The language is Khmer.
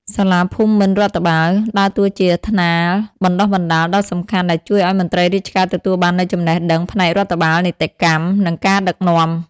សាលាភូមិន្ទរដ្ឋបាល ដើរតួជាថ្នាលបណ្តុះបណ្តាលដ៏សំខាន់ដែលជួយឱ្យមន្ត្រីរាជការទទួលបាននូវចំណេះដឹងផ្នែករដ្ឋបាល នីតិកម្ម និងការដឹកនាំ។